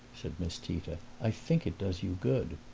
said miss tita. i think it does you good.